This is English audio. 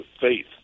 faith